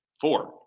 four